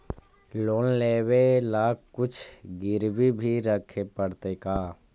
Loan लेबे ल कुछ गिरबी भी रखे पड़तै का?